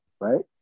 right